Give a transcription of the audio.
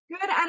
good